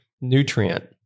nutrient